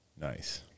Nice